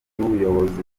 n’ubuyobozi